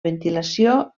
ventilació